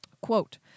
Quote